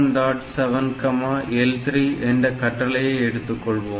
7 L3 என்ற கட்டளையை எடுத்துகொள்வோம்